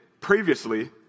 previously